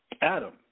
Adam